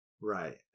right